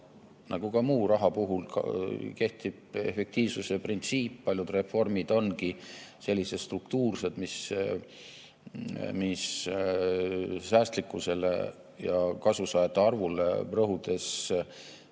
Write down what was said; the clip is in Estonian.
nagu ka muu raha puhul kehtib efektiivsuse printsiip. Paljud reformid ongi sellised struktuursed, mis säästlikkusele ja kasusaajate arvule rõhudes